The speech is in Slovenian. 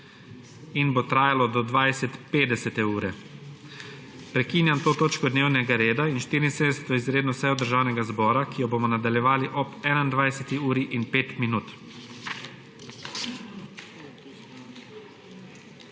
in bo trajalo do 20.50 ure. Prekinjam to točko dnevnega reda in 74. izredno sejo Državnega zbora, ki jo bomo nadaljevali ob 21. uri in 5